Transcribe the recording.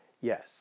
Yes